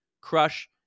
crush